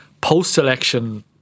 post-election